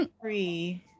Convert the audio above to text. three